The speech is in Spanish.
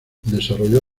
desarrolló